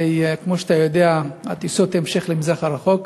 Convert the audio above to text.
הרי כמו שאתה יודע יש טיסות המשך למזרח הרחוק,